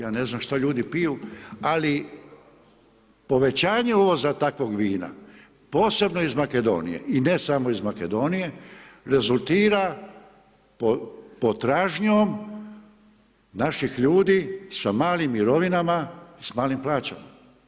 Ja ne znam šta ljudi piju ali povećanje uvoza takvog vina posebno iz Makedonije i ne samo iz Makedonije, rezultira potražnjom naših ljudi sa malim mirovinama, sa malim plaćama.